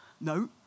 No